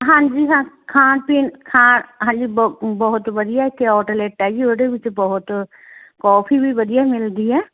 ਹਾਂਜੀ ਸਰ ਖਾਣ ਪੀਣ ਖਾਣ ਹਾਂਜੀ ਬਹੁਤ ਬਹੁਤ ਵਧੀਆ ਇੱਥੇ ਓਟਲੇਟ ਹੈ ਜੀ ਉਹਦੇ ਵਿੱਚ ਬਹੁਤ ਕੋਫੀ ਵੀ ਵਧੀਆ ਮਿਲਦੀ ਹੈ